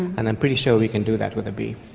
and i'm pretty sure we can do that with a bee.